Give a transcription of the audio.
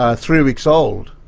ah three weeks old,